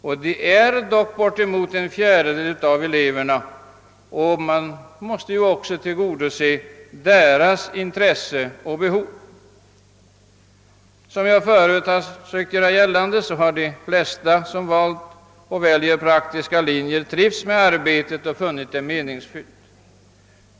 De utgör dock bortemot en fjärdedel av eleverna, och man måste ju också tillgodose deras intressen och behov. Som jag förut nämnt har de flesta som valt praktiska linjer trivts med arbetet och funnit det meningsfullt.